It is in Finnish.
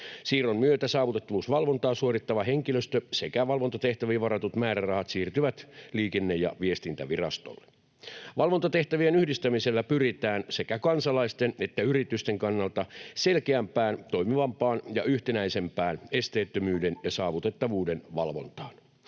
Siirron myötä saavutettavuusvalvontaa suorittava henkilöstö sekä valvontatehtäviin varatut määrärahat siirtyvät Liikenne- ja viestintävirastolle. Valvontatehtävien yhdistämisellä pyritään sekä kansalaisten että yritysten kannalta selkeämpään, toimivampaan ja yhtenäisempään esteettömyyden ja saavutettavuuden valvontaan.